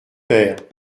père